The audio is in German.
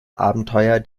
abenteuer